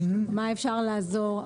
איך אפשר לעזור.